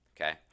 okay